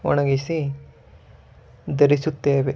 ಒಣಗಿಸಿ ಧರಿಸುತ್ತೇವೆ